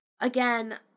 again